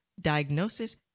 diagnosis